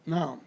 Now